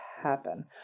happen